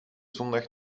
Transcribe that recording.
zondag